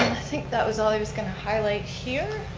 think that was all i was going to highlight here.